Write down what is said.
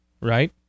right